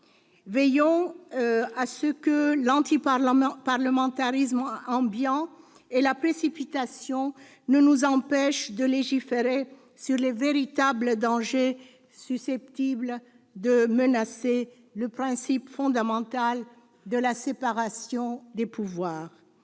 Veillons à ce que l'antiparlementarisme ambiant et la précipitation ne nous empêchent pas de légiférer sur les véritables dangers susceptibles de menacer le principe fondamental de la séparation des pouvoirs.